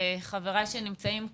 חבריי שנמצאים כאן,